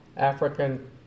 African